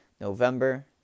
November